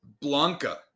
Blanca